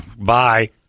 bye